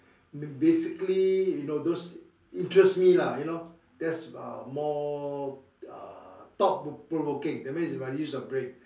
basically you know those interest me lah you know that's uh more uh thought provoking that means must use your brain